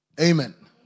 Amen